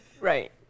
Right